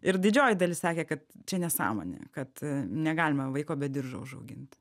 ir didžioji dalis sakė kad čia nesąmonė kad negalima vaiko be diržo užaugint